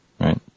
Right